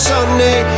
Sunday